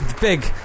big